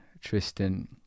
Tristan